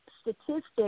statistics